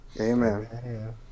Amen